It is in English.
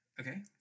Okay